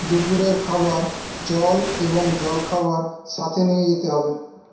দুপুরের খাবার জল এবং জলখাবার সাথে নিয়ে যেতে হবে